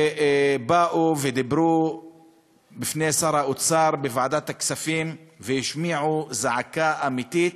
הם באו ודיברו בפני שר האוצר בוועדת הכספים והשמיעו זעקה אמיתית.